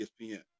ESPN